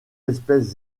espèce